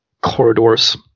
corridors